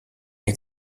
est